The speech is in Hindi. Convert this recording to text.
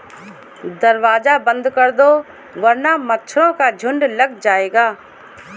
दरवाज़ा बंद कर दो वरना मच्छरों का झुंड लग जाएगा